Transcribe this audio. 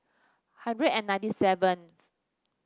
hundred and ninety seven